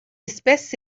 espèce